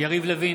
יריב לוין,